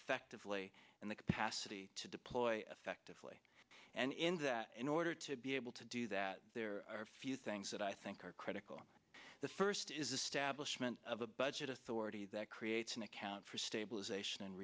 affectively and the capacity to deploy effectively and in that in order to be able to do that there are a few things that i think are critical the first is the stablish ment of a budget authority that creates an account for stabilization and